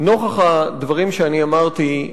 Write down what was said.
נוכח הדברים שאמרתי,